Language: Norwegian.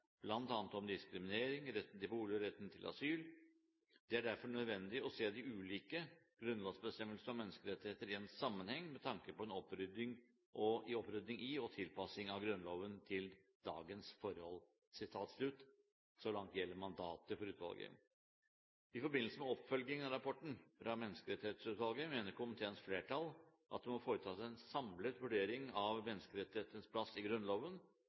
om diskriminering, retten til bolig og rett til asyl. Det er derfor nødvendig å se de ulike grunnlovsbestemmelsene om menneskerettigheter i en sammenheng med tanke på en opprydding i og tilpassing av Grunnloven til dagens forhold.» Så langt gjelder mandatet for utvalget. I forbindelse med oppfølgingen av denne rapporten fra Menneskerettighetsutvalget mener komiteens flertall at det må foretas en samlet vurdering av menneskerettighetenes plass i Grunnloven,